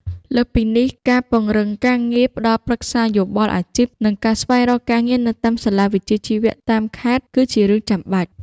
លើសពីនេះ ការពង្រឹងការងារផ្តល់ប្រឹក្សាយោបល់អាជីពនិងការស្វែងរកការងារនៅតាមសាលាវិជ្ជាជីវៈតាមខេត្តគឺជារឿងចាំបាច់។